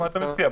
מה אתה מציע?